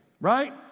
right